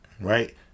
Right